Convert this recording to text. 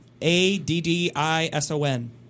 A-D-D-I-S-O-N